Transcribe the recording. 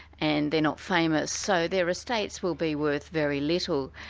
and they're not famous. so their estates will be worth very little.